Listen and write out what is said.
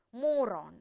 Moron